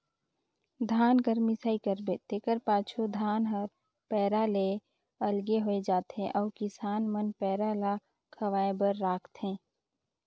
धान कर मिसाई करबे तेकर पाछू धान हर पैरा ले अलगे होए जाथे अउ किसान मन पैरा ल खवाए बर राखथें